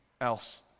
else